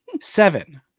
Seven